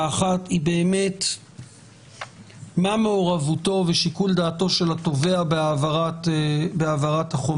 האחת היא באמת מה מעורבותו ושיקול דעתו של התובע בהעברת החומרים,